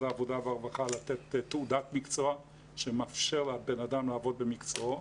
העבודה והרווחה לתת תעודת מקצוע שמאפשר לבנאדם לעבוד במקצועו.